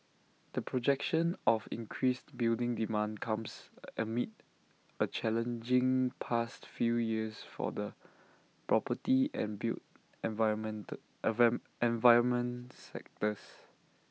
the projection of increased building demand comes amid A challenging past few years for the property and built environment environment sectors